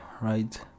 right